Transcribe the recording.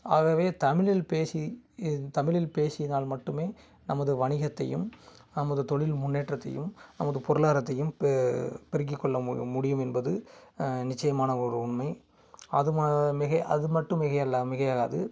ஆகவே தமிழில் பேசி தமிழில் பேசினால் மட்டுமே நமது வணிகத்தையும் நமது தொழில் முன்னேற்றத்தையும் நமது பொருளாதாரத்தையும் பெ பெருக்கிக்கொள்ள மு முடியும் என்பது நிச்சயமான ஒரு உண்மை அது ம மிகை அது மட்டும் மிகையல்ல மிகையாகாது